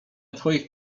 twoich